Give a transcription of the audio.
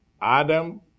Adam